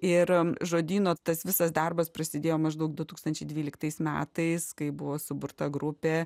ir žodyno tas visas darbas prasidėjo maždaug du tūkstančiai dvyliktais metais kai buvo suburta grupė